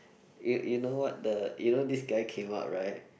you you know what the you know this guy came out right